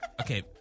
okay